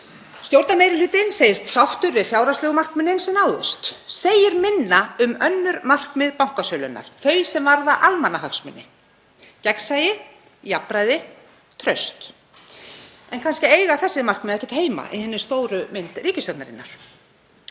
Stjórnarmeirihlutinn segist sáttur við fjárhagslegu markmiðin sem náðust, segir minna um önnur markmið bankasölu hennar, þau sem varða almannahagsmuni, gegnsæi, jafnræði, traust. En kannski eiga þessi markmið ekkert heima í hinni stóru mynd ríkisstjórnarinnar.